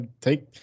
take